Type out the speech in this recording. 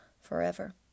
forever